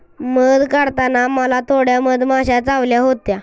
मध काढताना मला थोड्या मधमाश्या चावल्या होत्या